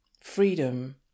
freedom